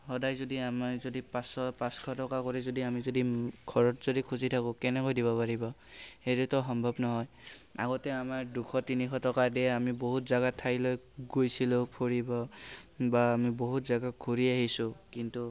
সদায় যদি আমি যদি পাঁচশ পাঁচশ টকা কৰি যদি আমি যদি ঘৰত যদি খুজি থাকোঁ কেনেকৈ দিব পাৰিব সেইটোতো সম্ভব নহয় আগতে আমাৰ দুশ তিনিশ টকা দিয়ে আমি বহুত জাগা ঠাইলৈ গৈছিলোঁ ফুৰিব বা আমি বহুত জেগা ঘূৰি আহিছোঁ কিন্তু